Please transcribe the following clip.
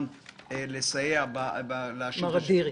בוקר טוב,